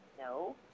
No